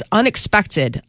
unexpected